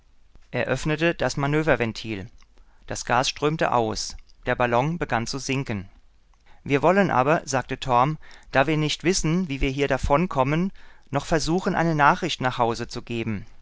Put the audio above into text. öffnete das manöverventil das gas strömte aus der ballon begann zu sinken wir wollen aber sagte torm da wir nicht wissen wie wir hier davonkommen doch versuchen eine nachricht nach hause zu geben